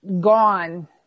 gone